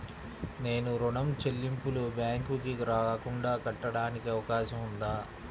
నేను ఋణం చెల్లింపులు బ్యాంకుకి రాకుండా కట్టడానికి అవకాశం ఉందా?